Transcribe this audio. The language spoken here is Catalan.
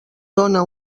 dóna